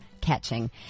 catching